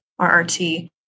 RRT